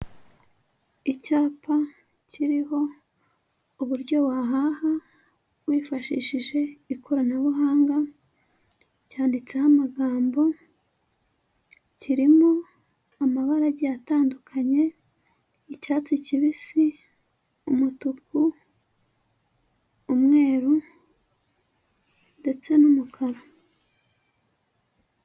Icyapa kiriho uburyo wahaha wifashishije ikoranabuhanga, cyanditseho amagambo, kirimo amabara agiye atandukanye, icyatsi kibisi, umutuku, umweru ndetse n'umukara.